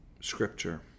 Scripture